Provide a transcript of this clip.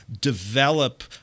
develop